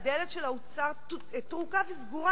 והדלת של האוצר טרוקה וסגורה,